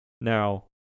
Now